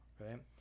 right